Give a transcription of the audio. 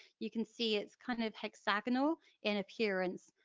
you can see it's kind of hexagonal in appearance,